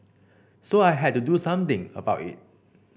so I had to do something about it